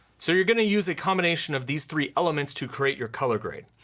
so you're gonna use a combination of these three elements to create your color grade.